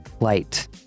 Light